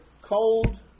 cold